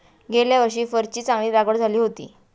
गेल्या वर्षी फरची चांगली लागवड झाली होती